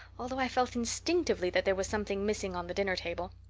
although i felt instinctively that there was something missing on the dinner table.